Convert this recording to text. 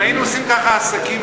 אם היינו עושים ככה עסקים,